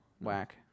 Whack